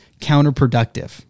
counterproductive